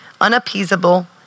unappeasable